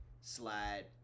slide